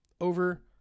over